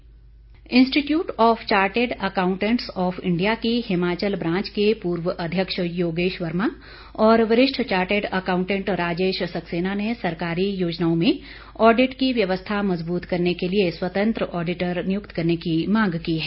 chartered accountant institute of chartered accountants of India की Himachal branch के पूर्व अध्यक्ष योगेश वर्मा और वरिष्ठ चार्टेड आकांउटेंट राजेश सक्सेना ने सरकारी योजनाओं में ऑडिट की व्यवस्था मजबूत करने के लिए स्वतंत्र ऑडिटर नियुक्त करने की मांग की है